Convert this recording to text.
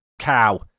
cow